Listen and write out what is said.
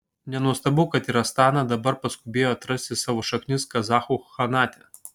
nenuostabu kad ir astana dabar paskubėjo atrasti savo šaknis kazachų chanate